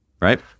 right